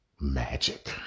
Magic